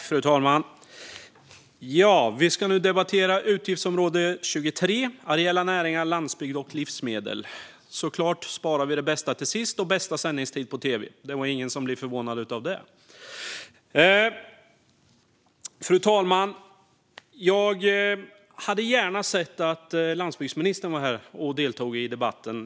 Fru talman! Vi ska nu debattera utgiftsområde 23 Areella näringar, landsbygd och livsmedel. Såklart sparar vi det bästa till sist och bästa sändningstid på tv - ingen blir förvånad över det. Fru talman! Jag hade gärna sett att landsbygdsministern var här och deltog i debatten.